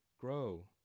Grow